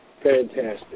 Fantastic